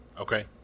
okay